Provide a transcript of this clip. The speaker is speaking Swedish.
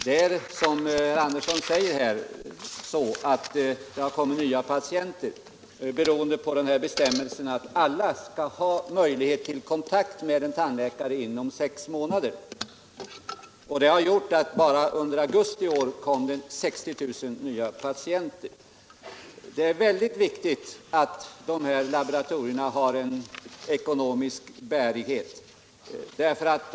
Det är riktigt som herr Andersson i Örebro säger att det har tillkommit nya patienter beroende på bestämmelsen att alla skall ha möjlighet till kontakt med en tandläkare inom sex månader. Det har t.ex. bara under augusti i år tillkommit 60 000 nya patienter. Det är väldigt viktigt att de tandtekniska laboratorierna har ekonomisk bärighet.